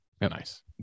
Nice